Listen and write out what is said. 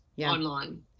online